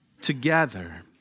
together